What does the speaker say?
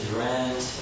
rent